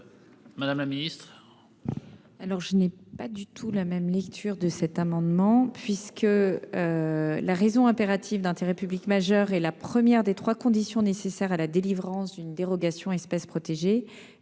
Mme la ministre.